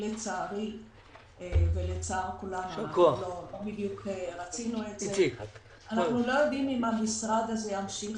לצערי ולצער כולנו אנחנו לא יודעים אם המשרד הזה ימשיך